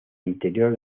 interior